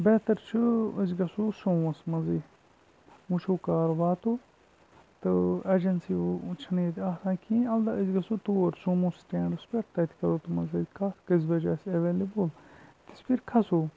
بہتَر چھُ أسۍ گَژھو سومووَس مَنٛزٕے وٕچھو کَر واتو تہٕ ایٚجَنسی چھنہٕ ییٚتہِ آسان کِہیٖنۍ اَلبتہ أسۍ گَژھو تور سومو سٹینٛڈَس پیٹھ تَتہِ کَرو تِمَن سۭتۍ کتھ کٔژِ بَجہِ گَژھِ ایویلیبٕل کِس پٲٹھۍ کھسو